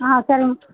ஆ சரிங்க